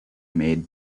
made